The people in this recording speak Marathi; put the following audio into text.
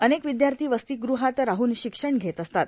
अनेक विद्यार्थी वसतीग़हात राहन शिक्षण घेत असतात